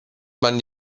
man